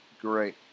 Great